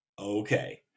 okay